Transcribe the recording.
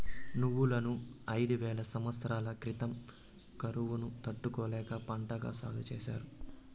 నువ్వులను ఐదు వేల సమత్సరాల క్రితం కరువును తట్టుకునే పంటగా సాగు చేసారు